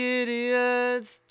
idiot's